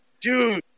Dude